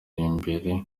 imbehe